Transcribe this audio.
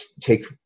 take